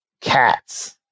cats